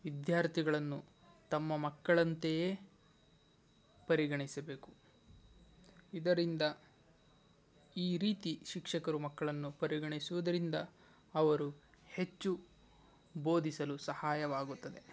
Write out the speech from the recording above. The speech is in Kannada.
ವಿದ್ಯಾರ್ಥಿಗಳನ್ನು ತಮ್ಮ ಮಕ್ಕಳಂತೆಯೇ ಪರಿಗಣಿಸಬೇಕು ಇದರಿಂದ ಈ ರೀತಿ ಶಿಕ್ಷಕರು ಮಕ್ಕಳನ್ನು ಪರಿಗಣಿಸುವುದರಿಂದ ಅವರು ಹೆಚ್ಚು ಬೋಧಿಸಲು ಸಹಾಯವಾಗುತ್ತದೆ